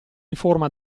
informa